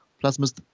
Plasma's